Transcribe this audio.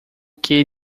que